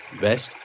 Best